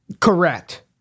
Correct